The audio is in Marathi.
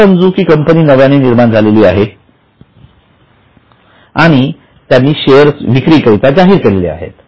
असे समजू की कंपनी नव्याने निर्माण झाली आहे आणि आणि त्यांनी शेअर विक्री करिता जाहीर केले आहेत